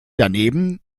daneben